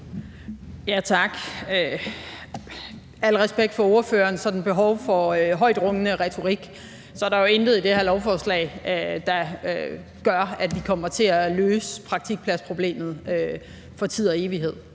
(V): Tak. I al respekt for ordførerens sådan behov for en højtråbende retorik vil jeg sige, at der jo ikke er noget i det her lovforslag, der gør, at vi kommer til at løse praktikpladsproblemet for tid og evighed.